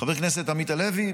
חבר הכנסת עמית הלוי.